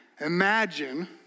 Imagine